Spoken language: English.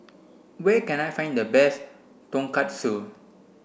where can I find the best Tonkatsu